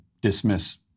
dismiss